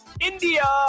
India